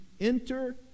enter